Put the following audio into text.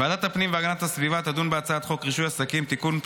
ועדת הפנים והגנת הסביבה תדון בהצעת חוק רישוי עסקים (תיקון,